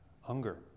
Hunger